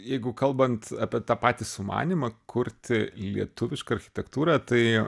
jeigu kalbant apie tą patį sumanymą kurti lietuvišką architektūrą tai